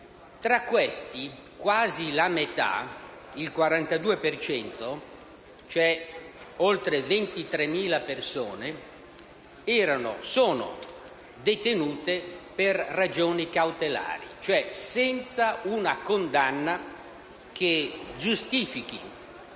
Tra questi, quasi la metà, il 42 per cento (oltre 23.000 persone), sono detenute per ragioni cautelari, vale a dire senza una condanna che giustifichi